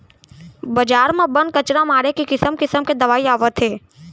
बजार म बन, कचरा मारे के किसम किसम के दवई आवत हे